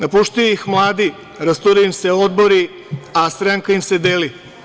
Napuštaju ih mladi, rasturaju im se odbori, a stranka im se deli.